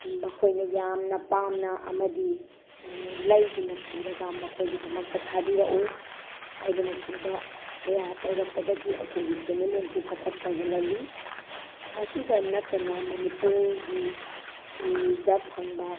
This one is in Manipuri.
ꯃꯈꯣꯏꯅ ꯌꯥꯝꯅ ꯄꯥꯝꯅ ꯑꯃꯗꯤ ꯂꯩꯗꯨꯅ ꯄꯨꯔꯒ ꯃꯈꯣꯏꯒꯤꯗꯃꯛꯇ ꯊꯥꯕꯤꯔꯛꯎ ꯍꯥꯏꯕꯅꯆꯤꯡꯕ ꯀꯌꯥ ꯇꯧꯔꯛꯄꯗꯒꯤ ꯑꯩꯈꯣꯏꯒꯤ ꯁꯦꯟꯃꯤꯠꯂꯣꯟꯁꯨ ꯆꯥꯎꯈꯠꯄ ꯍꯦꯜꯂꯜꯂꯤ ꯃꯁꯤꯗ ꯅꯠꯇꯅ ꯃꯅꯤꯄꯨꯔꯒꯤꯗ ꯐꯪꯕ